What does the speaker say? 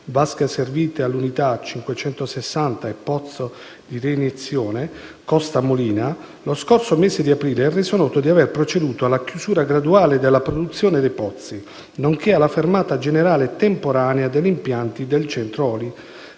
(vasche asservite all'unità 560 e pozzo di reiniezione «Costa Molina 2»), lo scorso mese di aprile ha reso noto di aver proceduto alla chiusura graduale della produzione dei pozzi, nonché alla fermata generale temporanea degli impianti del Centro Olio